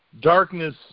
darkness